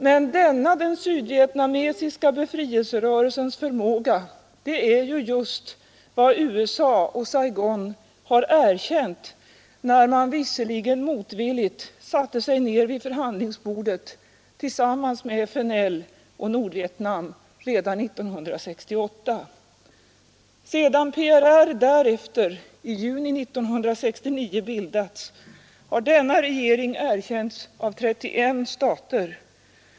Men denna den sydvietnamesiska befrielserörelsens förmåga är ju just vad USA och Saigon har erkänt, när man, visserligen motvilligt, satte sig ned vid förhandlingsbordet tillsammans med FNL och Nordvietnam redan 1968. Sedan PRR därefter, i juni 1969, bildats, har denna regering erkänts av 31 stater.